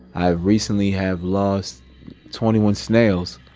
i recently have lost twenty one snails.